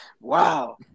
Wow